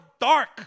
dark